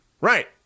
right